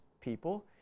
people